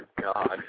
God